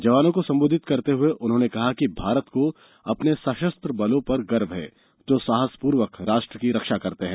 जवानों को संबोधित करते हुए उन्होंने कहा कि भारत को अपने सशस्त्र बलों पर गर्व है जो साहसपूर्वक राष्ट्र की रक्षा करते हैं